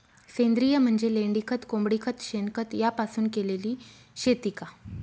सेंद्रिय म्हणजे लेंडीखत, कोंबडीखत, शेणखत यापासून केलेली शेती का?